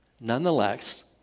Nonetheless